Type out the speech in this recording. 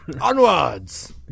Onwards